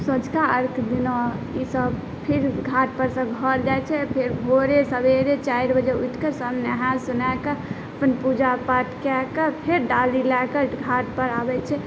संँझुका अर्घ्य दिना ईसब फेर घाटपर सब जाइ छै फेर भोरे सबेरे चारि बजे उठिकऽ सब नहा सोनाकऽ अपन पूजा पाठ कऽ कऽ फेर डाली लऽ कऽ घाटपर आबै छै